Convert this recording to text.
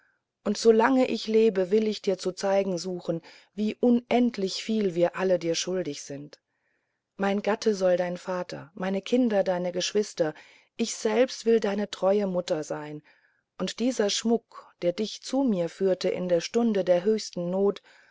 können doch solange ich lebe will ich dir zu zeigen suchen wie unendlich viel wir alle dir schuldig sind mein gatte soll dein vater meine kinder deine geschwister ich selbst will deine treue mutter sein und dieser schmuck der dich zu mir führte in der stunde der höchsten not